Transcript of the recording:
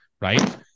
right